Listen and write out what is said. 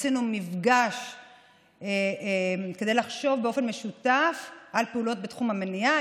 עשינו מפגש כדי לחשוב באופן משותף על פעולות בתחום המניעה.